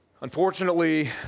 Unfortunately